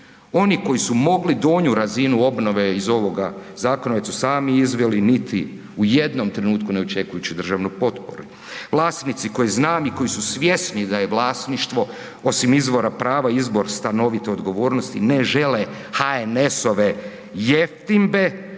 Oni koji su mogli donju razinu obnove iz ovoga zakona, već su sami izveli niti u jednom trenutku ne očekujući državnu potporu. Vlasnici koji znani, koji su svjesni da je vlasništvo osim izvora prava, izbor stanovite odgovornosti ne žele HNS-ove jeftimbe